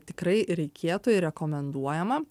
tikrai reikėtų ir rekomenduojama